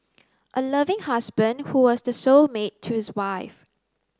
a loving husband who was the soul mate to his wife